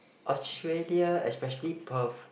Australia especially Perth